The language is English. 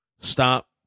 Stop